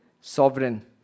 sovereign